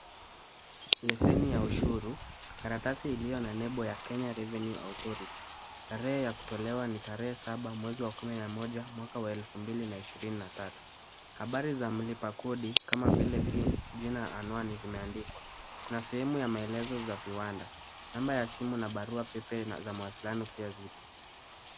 Leseni ya ushuru. Karatasi iliyo na nembo ya Kenya Revenue Authority. Tarehe ya kutolewa nitarehe saba mwezi wa kumi na moja mwaka wa elfu mbili na ishirini na tatu. Habari za mlipa kodi kama vile pin, jina, anwani zimeandikwa. Kuna sehemu ya maelezo za viwanda. Namba ya simu na barua pepe pia ziko.